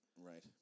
Right